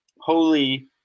Holy